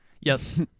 Yes